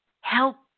Help